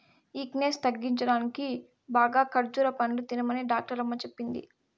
weakness తగ్గేదానికి బాగా ఖజ్జూర పండ్లు తినమనే డాక్టరమ్మ చెప్పింది